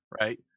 right